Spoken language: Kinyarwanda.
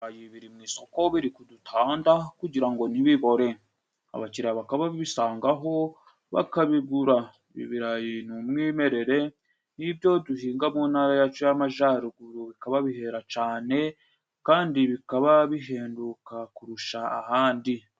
Ibirayi biri mu isoko biri kudutanda kugira ngo ntibibore abakiriya bakaba babisangaho bakabigura. Ibi birayi ni umwimerere w'ibyo duhinga mu ntara yacu y'Amajaruguru bikaba bihera cane kandi bikaba bihenduka kurusha ahandi.